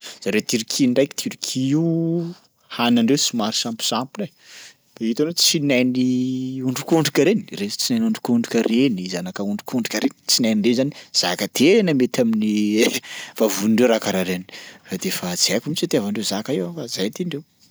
Zareo Turquie ndraiky Turquie io haninandreo somary samposampona e de hitanao tsinain'ny ondrikondrika ireny? Reny tsinain'ondrikondrika reny, zanaka ondrikondrika reny, tsinain'ireny zany zaka tena mety amin'ny vavonindreo raha karaha reny, fa de fa tsy haiko mihitsy itiavandreo zaka io fa zay tiandreo.